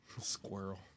Squirrel